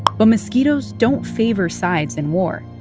but mosquitoes don't favor sides in war.